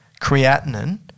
creatinine